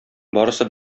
барысы